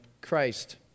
Christ